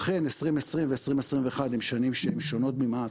אכן 2020 ו-2021 הן שנים שהן שונות במעט.